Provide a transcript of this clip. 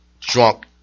drunk